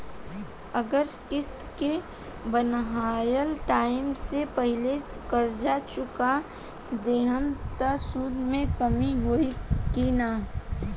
अगर किश्त के बनहाएल टाइम से पहिले कर्जा चुका दहम त सूद मे कमी होई की ना?